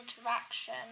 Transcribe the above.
interaction